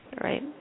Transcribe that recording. Right